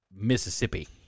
Mississippi